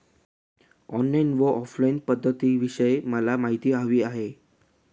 online आणि offline अर्जपध्दतींविषयी मला माहिती हवी आहे